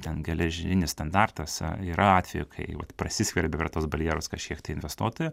ten geležinis standartas yra atvejų kai vat prasiskverbia per tuos barjerus kažkiek tai investuotojų